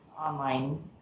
online